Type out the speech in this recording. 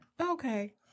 Okay